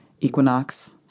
equinox